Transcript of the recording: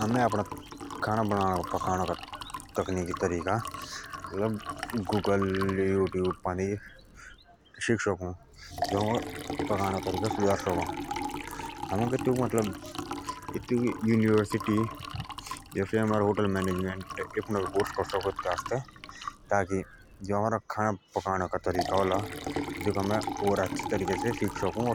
हमने अपना खाना बनाने का तरीका गुगल और यूट्यूब ब इच दी भी शिक शकों खाना बनाओ के आसते हमें होटल मैनेजमेंट का कोर्स भी करे शकों ताकि जो हमारा खाना बनाने का तरीका हमें ओर भी अच्छे तरीके सिख शौकों